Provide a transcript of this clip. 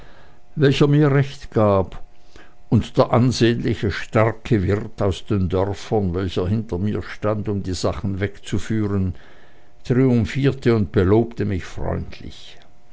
welcher mir recht gab und der ansehnliche starke wirt aus den dörfern welcher hinter mir stand um die sachen wegzuführen triumphierte und belobte mich freundlich